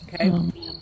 Okay